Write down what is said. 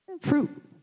fruit